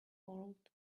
world